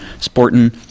sporting